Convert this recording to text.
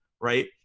right